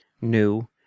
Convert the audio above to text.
new